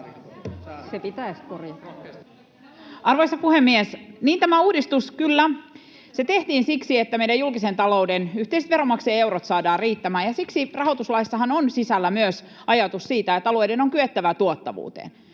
Arvoisa puhemies! Niin, tämä uudistus, kyllä, tehtiin siksi, että meidän julkisen talouden yhteiset veronmaksajien eurot saadaan riittämään, ja siksihän rahoituslaissa on sisällä myös ajatus siitä, että alueiden on kyettävä tuottavuuteen.